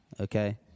Okay